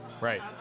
right